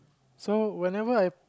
so whenever I